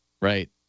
Right